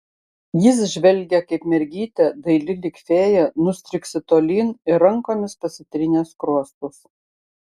jis žvelgė kaip mergytė daili lyg fėja nustriksi tolyn ir rankomis pasitrynė skruostus